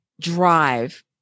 drive